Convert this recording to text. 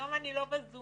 היום אני לא בזום.